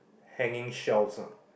hanging shelves ah